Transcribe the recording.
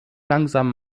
langsam